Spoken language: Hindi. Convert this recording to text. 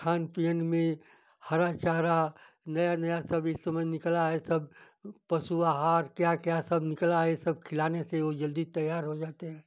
खान पीयन में हरा चारा नया नया सब इस समन निकला है सब पशु आहार क्या क्या सब निकला है सब खिलाने से वो जल्दी तैयार हो जाते हैं